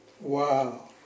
Wow